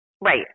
Right